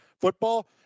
football